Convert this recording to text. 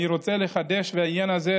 אני רוצה לחדש בעניין הזה.